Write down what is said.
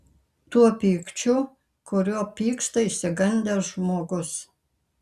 tuo pykčiu kuriuo pyksta išsigandęs žmogus